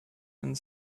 and